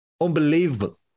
Unbelievable